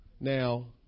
Now